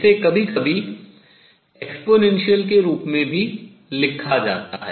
इसे कभी कभी exponential घातीय के रूप में भी लिखा जाता है